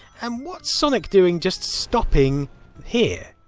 and what's sonic doing just stopping here?